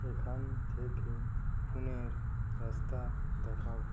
এখান থেকে পুণের রাস্তা দেখাও